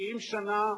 משקיעים שנה,